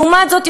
לעומת זאת,